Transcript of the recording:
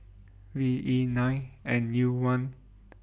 V E nine N U one